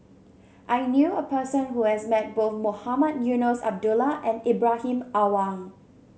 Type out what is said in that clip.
I knew a person who has met both Mohamed Eunos Abdullah and Ibrahim Awang